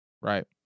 right